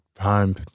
home